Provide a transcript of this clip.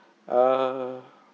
err